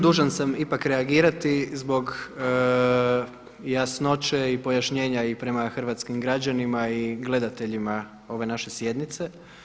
Dužan sam ipak reagirati zbog jasnoće i pojašnjenja i prema hrvatskim građanima i gledateljima ove naše sjednice.